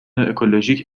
اکولوژیک